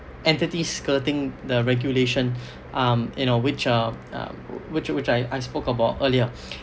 entity skirting the regulation um you know which um uh which which uh I I spoke about earlier